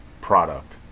product